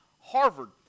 Harvard